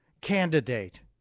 candidate